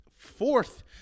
fourth